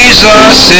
Jesus